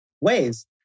ways